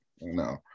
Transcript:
no